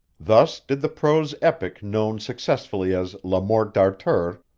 thus did the prose epic known successively as la mort d'arthur,